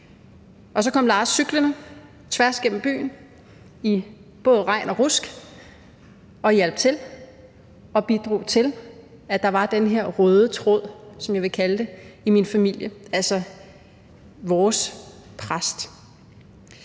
så kom Lars cyklende tværs gennem byen i både regn og rusk og hjalp til og bidrog til, at der var den her røde tråd, som jeg vil kalde det, i min familie – altså vores præst.